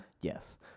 Yes